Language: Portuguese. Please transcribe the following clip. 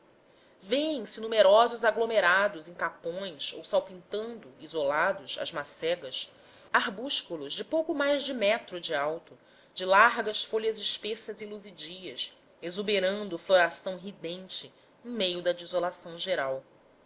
singularíssima vêem-se numerosos aglomerados em caapões ou salpintando isolados as macegas arbúsculos de pouco mais de um metro de alto de largas folhas espessas e luzidas exuberando floração ridente em meio da desolação geral